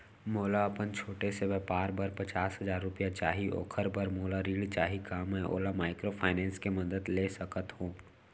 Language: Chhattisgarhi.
मोला अपन छोटे से व्यापार बर पचास हजार रुपिया चाही ओखर बर मोला ऋण चाही का मैं ओला माइक्रोफाइनेंस के मदद से ले सकत हो?